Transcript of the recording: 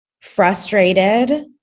frustrated